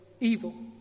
evil